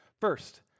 First